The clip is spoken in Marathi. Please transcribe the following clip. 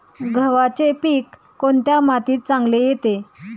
गव्हाचे पीक कोणत्या मातीत चांगले येते?